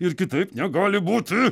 ir kitaip negali būti